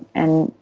and,